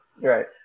right